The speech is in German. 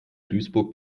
duisburg